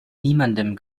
niemandem